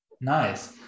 Nice